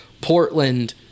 Portland